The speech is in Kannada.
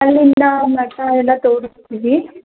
ಅಲ್ಲಿಂದ ಮಠ ಎಲ್ಲ ತೋರಿಸ್ತೀವಿ